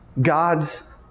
God's